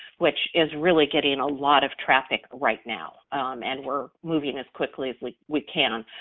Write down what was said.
which is really getting a lot of traffic right now and we're moving as quickly as we we can,